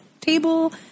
table